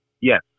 Yes